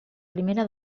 primera